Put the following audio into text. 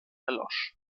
erlosch